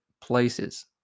places